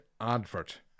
advert